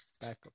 backup